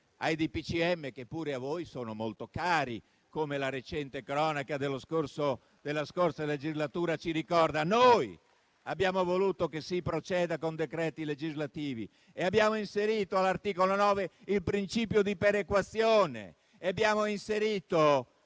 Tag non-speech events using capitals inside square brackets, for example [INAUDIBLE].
ai DPCM, che pure a voi sono molto cari, come la recente cronaca della passata legislatura ci ricorda. [APPLAUSE] Noi abbiamo voluto che si procedesse con decreti legislativi e abbiamo inserito all'articolo 9 il principio di perequazione; abbiamo inserito